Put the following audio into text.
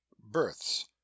births